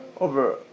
over